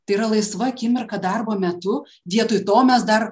tai yra laisva akimirka darbo metu vietoj to mes dar